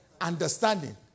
understanding